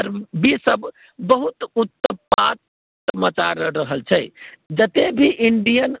उपद्रवी सभ बहुत उत्पात मचा रहल छै जते भी इन्डियन